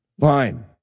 Fine